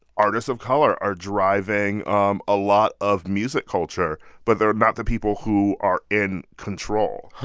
artists of color are driving um a lot of music culture, but they're not the people who are in control,